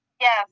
Yes